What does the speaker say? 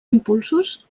impulsos